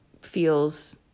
feels